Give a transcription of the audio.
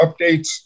updates